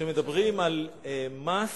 כשמדברים על מס